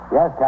Yes